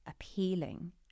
appealing